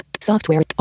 Software